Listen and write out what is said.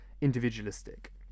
individualistic